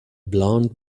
blond